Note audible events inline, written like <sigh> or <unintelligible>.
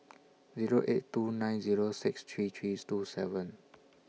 Zero eight two nine Zero six three three <unintelligible> two seven